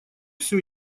всё